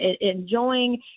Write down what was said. enjoying